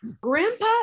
Grandpa